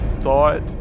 thought